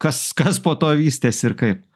kas kas po to vystėsi ir kaip